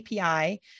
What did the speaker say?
API